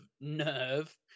nerve